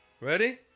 Ready